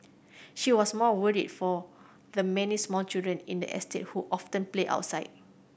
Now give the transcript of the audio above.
she was more for the many small children in the estate who often play outside